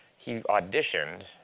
he auditioned,